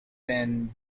been